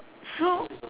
so